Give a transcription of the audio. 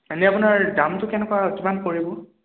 এনে আপোনাৰ দামটো কেনেকুৱা কিমান পৰিব